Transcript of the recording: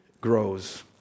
grows